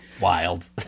wild